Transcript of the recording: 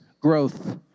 growth